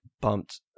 bumped